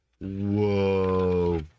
Whoa